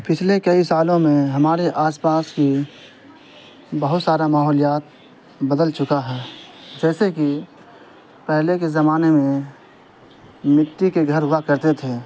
پچھلے کئی سالوں میں ہمارے آس پاس کی بہت سارا ماحولیات بدل چکا ہے جیسے کہ پہلے کے زمانے میں مٹی کے گھر ہوا کرتے تھے